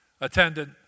attendant